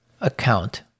account